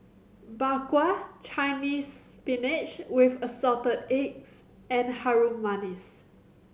Bak Kwa Chinese Spinach with Assorted Eggs and Harum Manis